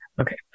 okay